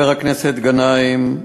חבר הכנסת גנאים,